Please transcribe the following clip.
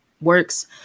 works